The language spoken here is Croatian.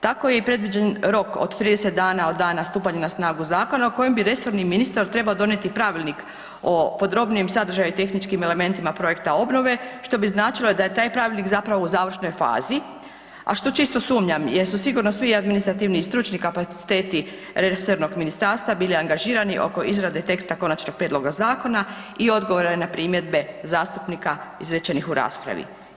Tako je i predviđen rok od 30 dana od dana stupanja na snagu zakona o kojem bi resorni ministar trebao donijeti Pravilnik o podrobnijem sadržaju i tehničkim elementima projekta obnove, što bi značilo da je taj pravilnik zapravo u završnoj fazi, a što čisto sumnjam jer su sigurno svi administrativni i stručni kapaciteti resornog ministarstva bili angažirani oko izrade teksta konačnog prijedloga zakona i odgovora na primjedbe zastupnika izrečenih u raspravi.